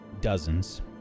Dozens